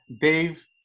Dave